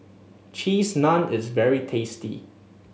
Cheese Naan is very tasty